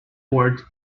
words